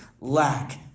lack